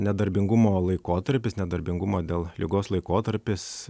nedarbingumo laikotarpis nedarbingumo dėl ligos laikotarpis